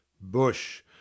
bush